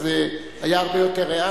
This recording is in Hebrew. אז היה הרבה יותר ריאלי,